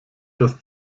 dass